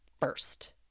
first